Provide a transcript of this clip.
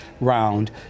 round